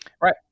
Right